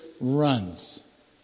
runs